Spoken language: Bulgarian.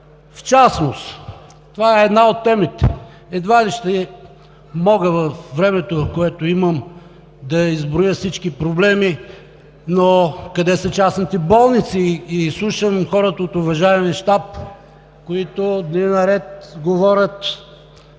в частност. Това е една от темите. Едва ли ще мога във времето, което имам, да изброя всички проблеми, но къде са частните болници? Слушам хората от уважаемия щаб, които дни наред говорят,